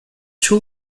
too